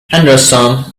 henderson